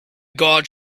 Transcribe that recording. gods